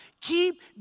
Keep